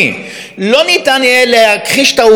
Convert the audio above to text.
לא ניתן יהיה להכחיש את העובדה הזאת,